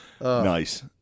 nice